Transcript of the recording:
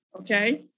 Okay